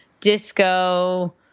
disco